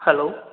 hello